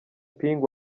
ping